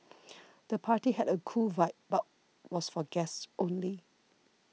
the party had a cool vibe but was for guests only